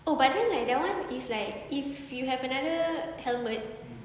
oh by the way like that one is like if you have another helmet